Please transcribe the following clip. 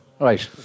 Right